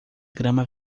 grama